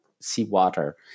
seawater